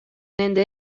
nende